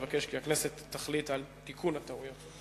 אבקש כי הכנסת תחליט על תיקון הטעויות.